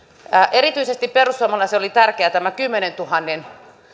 erityisesti perussuomalaisille oli tärkeä tämä kymmenentuhannen